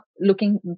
looking